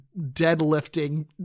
deadlifting